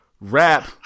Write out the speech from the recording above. rap